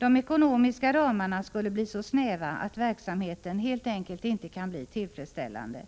De ekonomiska ramarna skulle bli så snäva, att verksamheten helt enkelt inte kan bli tillfredsställande.